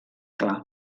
clar